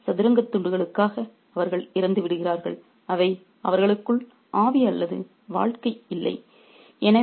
உண்மையில் இந்த சதுரங்கத் துண்டுகளுக்காக அவர்கள் இறந்துவிடுகிறார்கள் அவை அவர்களுக்குள் ஆவி அல்லது வாழ்க்கை இல்லை